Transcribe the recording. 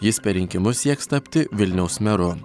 jis per rinkimus sieks tapti vilniaus meru